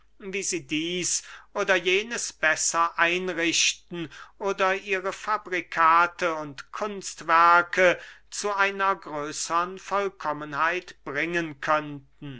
oder jenes besser einrichten oder ihre fabrikate und kunstwerke zu einer größern vollkommenheit bringen